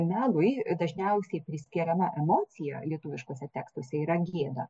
melui dažniausiai priskiriama emocija lietuviškuose tekstuose yra gėda